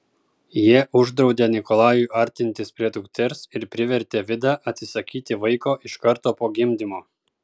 jie uždraudė nikolajui artintis prie dukters ir privertė vidą atsisakyti vaiko iš karto po gimdymo